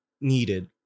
needed